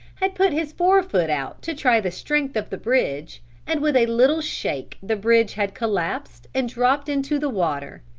had put his forefoot out to try the strength of the bridge and with a little shake the bridge had collapsed and dropped into the water.